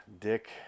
Dick